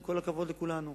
עם כל הכבוד לכולנו,